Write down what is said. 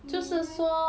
你 leh